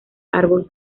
árbol